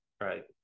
right